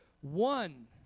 one